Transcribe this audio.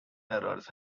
errors